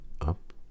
up